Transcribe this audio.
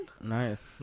nice